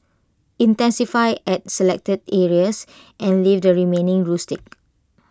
intensify at selected areas and leave the remaining rustic